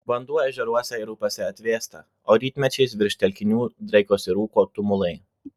vanduo ežeruose ir upėse atvėsta o rytmečiais virš telkinių draikosi rūko tumulai